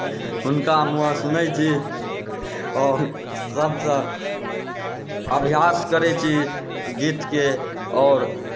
हुनका मुहेँ सुनैत छी आओर सभसँ अभ्यास करैत छी गीतके आओर